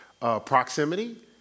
proximity